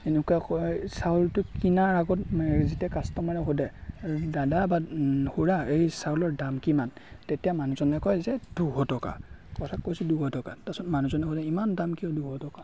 এনেকুৱা কৰে চাউলটো কিনাৰ আগত যেতিয়া কাষ্টমাৰে সোধে দাদা বা খুড়া এই চাউলৰ দাম কিমান তেতিয়া মানুহজনে কয় যে দুশ টকা কথাত কৈছোঁ দুশ টকা তাৰপাছত মানুহজনে সোধে ইমান দাম কিয় দুশ টকা